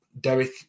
Derek